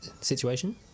situation